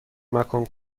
مکان